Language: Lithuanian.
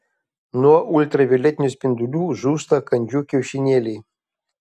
nuo ultravioletinių spindulių žūsta kandžių kiaušinėliai